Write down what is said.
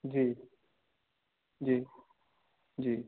जी जी जी